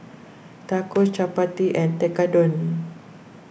Tacos Chapati and Tekkadon